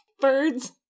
birds